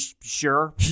Sure